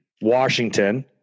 Washington